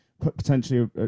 potentially